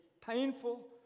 painful